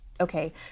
okay